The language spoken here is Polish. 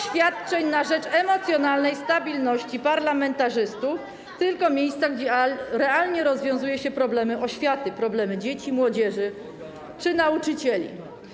świadczeń na rzecz emocjonalnej stabilności parlamentarzystów, tylko miejsca, gdzie realnie rozwiązuje się problemy oświaty - problemy dzieci, młodzieży czy nauczycieli.